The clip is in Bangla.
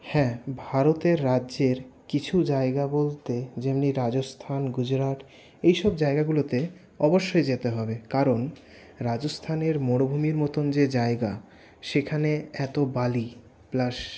হ্যাঁ ভারতের রাজ্যের কিছু জায়গা বলতে যেমনি রাজস্থান গুজরাট এইসব জায়গাগুলোতে অবশ্যই যেতে হবে কারণ রাজস্থানের মরুভূমির মতোন যে জায়গা সেখানে এত বালি প্লাস